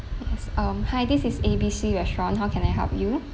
yes um hi this is A_B_C restaurant how can I help you